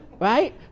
right